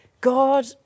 God